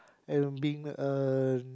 and being uh